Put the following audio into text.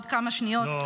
עוד כמה שניות.